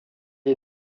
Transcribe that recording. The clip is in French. est